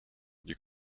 you